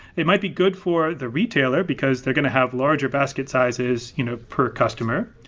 it might be good for the retailer because they're going to have larger basket sizes you know per customer.